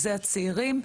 שהם הצעירים,